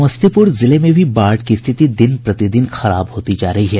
समस्तीपुर जिले में भी बाढ़ की स्थिति दिन प्रतिदिन खराब होती जा रही है